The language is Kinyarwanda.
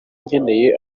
nkeneye